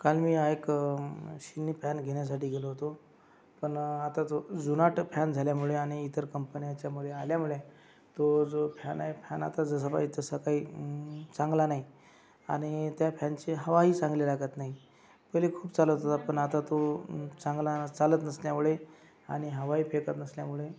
काल मी एक सिलिंग फॅन घेण्यासाठी गेलो होतो पण आता जुनाट फॅन झाल्यामुळे आणि इतर कंपन्यांच्यामुळे आल्यामुळे तो जो फॅन आहे फॅन आता जसा पाहिजे तसा काही चांगला नाही आणि त्या फॅनची हवाही चांगली लागत नाही पहिले खूप चालत होता पण आता तो चांगला चालत नसल्यामुळे आणि हवाही फेकत नसल्यामुळे